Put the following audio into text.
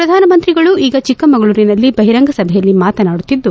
ಪ್ರಧಾನಮಂತ್ರಿಗಳು ಈಗ ಚಿಕ್ಕಮಗಳೂರಿನಲ್ಲಿ ಬಹಿರಂಗ ಸಭೆಯಲ್ಲಿ ಮಾತನಾಡುತ್ತಿದ್ದು